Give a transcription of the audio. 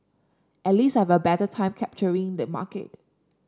at least I have a better time capturing the market